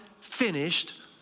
finished